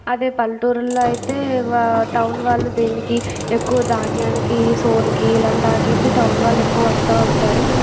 అదే పల్లెటూళ్ళలో అయితే వా టౌన్ వాళ్ళు దేనికి ఎక్కువ ధాన్యానికి సోలుకి ఇలాంటి వాటికి టౌన్ వాళ్ళు ఎక్కువ వస్తూ ఉంటారు